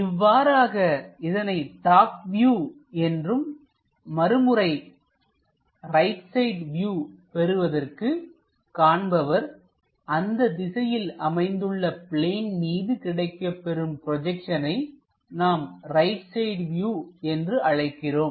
இவ்வாறாக இதனை top view என்றும் மறுமுறை ரைட் சைட் வியூ பெறுவதற்கு காண்பவர் அந்த திசையில் அமைந்துள்ள பிளேனின்மீது கிடைக்கப்பெறும் ப்ரொஜெக்ஷனை நாம் ரைட் சைட் வியூ என்று அழைக்கிறோம்